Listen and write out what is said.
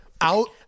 out